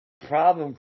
problem